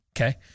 Okay